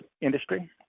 industry